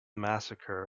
massacre